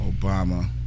Obama